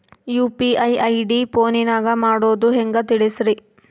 UPI ID ಫೋನಿನಾಗ ಮಾಡೋದು ಹೆಂಗ ತಿಳಿಸ್ರಿ?